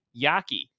yaki